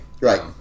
Right